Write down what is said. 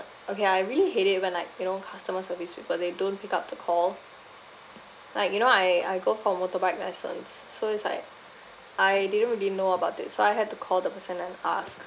okay I really hate it when like you know customer service people they don't pick up the call like you know I I go for motorbike lessons so it's like I didn't really know about this so I had to call the person and ask